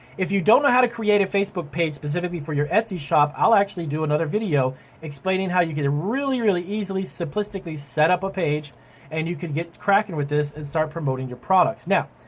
if you don't know how to create a facebook page specifically for your etsy shop, i'll actually do another video explaining how you can really, really easily simplistically set up a page and you can get cracking with this and start promoting your products. now,